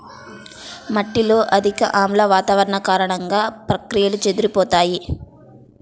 మట్టిలో అధిక ఆమ్ల వాతావరణం కారణంగా, ప్రక్రియలు చెదిరిపోతాయి